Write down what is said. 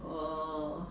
ugh